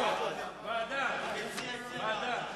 ועדה.